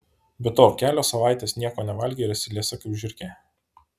be to kelios savaitės nieko nevalgei ir esi liesa kaip žiurkė